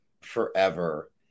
forever